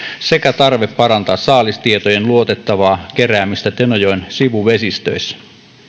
sekä tarve parantaa saalistietojen luotettavaa keräämistä tenojoen sivuvesistöissä